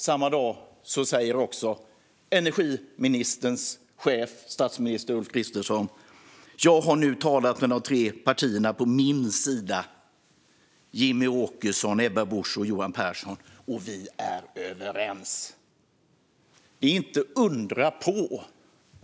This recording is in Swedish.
Samma dag sa energiministerns chef, statsminister Ulf Kristersson, att han hade talat med de tre partiledarna på sin sida - Jimmie Åkesson, Ebba Busch och Johan Pehrson - och att de var överens.